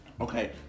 Okay